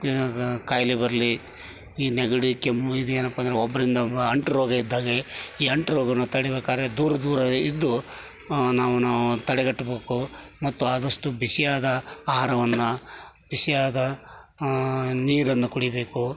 ಕಾಯಿಲೆ ಬರಲಿ ಈ ನೆಗಡಿ ಕೆಮ್ಮು ಇದು ಏನಪ್ಪ ಅಂದರೆ ಒಬ್ಬರಿಂದ ಅಂಟು ರೋಗ ಇದ್ದ ಹಾಗೆ ಈ ಅಂಟು ರೋಗನ ತಡಿಬೇಕಾದರೆ ದೂರ ದೂರ ಇದ್ದು ನಾವು ನಾವು ತಡೆಗಟ್ಟಬೇಕು ಮತ್ತು ಆದಷ್ಟು ಬಿಸಿಯಾದ ಆಹಾರವನ್ನ ಬಿಸಿಯಾದ ನೀರನ್ನ ಕುಡಿಯಬೇಕು